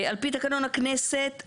על פי תקנון הכנסת,